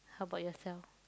how about yourself